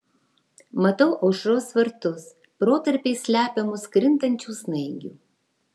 matau aušros vartus protarpiais slepiamus krintančių snaigių